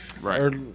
right